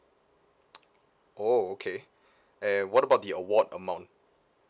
oh okay and what about the award amount